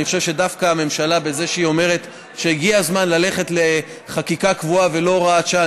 דווקא בזה שהממשלה אומרת שהגיע הזמן ללכת לחקיקה קבועה ולא להוראת שעה,